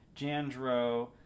Jandro